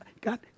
God